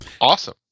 Awesome